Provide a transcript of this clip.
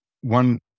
one